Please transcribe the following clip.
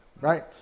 Right